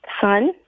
son